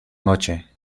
noche